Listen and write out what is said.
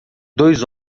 dois